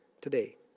today